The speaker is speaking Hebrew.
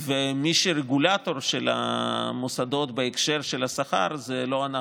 ומי שרגולטור של המוסדות בהקשר של השכר זה לא אנחנו,